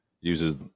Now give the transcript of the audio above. uses